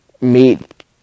meet